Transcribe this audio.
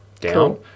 down